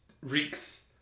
reeks